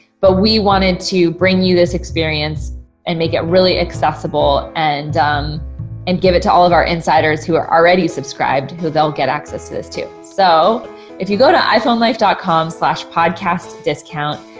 but we wanted to bring you this experience and make it really accessible and um and give it to all of our insiders who are already subscribed, who they'll get access to this too. so if you go to iphone life com podcastdiscount,